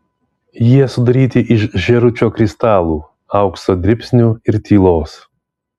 jie sudaryti iš žėručio kristalų aukso dribsnių ir tylos